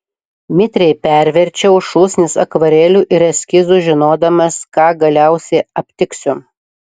mitriai perverčiau šūsnis akvarelių ir eskizų žinodamas ką galiausiai aptiksiu